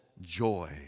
joy